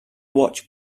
watch